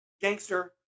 gangster